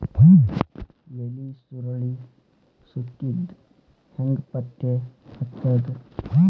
ಎಲಿ ಸುರಳಿ ಸುತ್ತಿದ್ ಹೆಂಗ್ ಪತ್ತೆ ಹಚ್ಚದ?